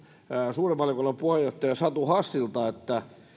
suuren valiokunnan puheenjohtaja satu hassilta